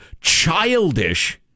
childish